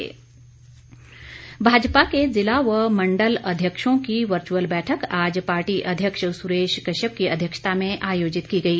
भाजपा बैठक भाजपा के जिला व मण्डल अध्यक्षों की वर्चुअल बैठक आज पार्टी अध्यक्ष सुरेश कश्यप की अध्यक्षता में आयोजित की गई